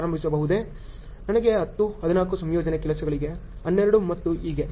ನನಗೆ 10 14 ಸಂಯೋಜನೆ ಕೆಲಸಗಳಿಗೆ 12 ಮತ್ತು ಹೀಗೆ